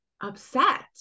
upset